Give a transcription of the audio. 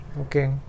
okay